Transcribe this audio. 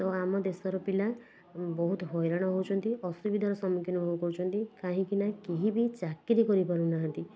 ତ ଆମ ଦେଶର ପିଲା ବହୁତ ହଇରାଣ ହେଉଛନ୍ତି ଅସୁବିଧାରେ ସମ୍ମୁଖୀନ ହଉ କରୁଛନ୍ତି କାହିଁକି ନା କେହି ବି ଚାକିରି କରି ପାରୁନାହାଁନ୍ତି